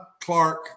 Clark